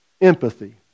empathy